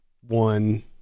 one